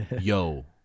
yo